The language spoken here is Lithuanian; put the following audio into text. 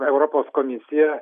europos komisija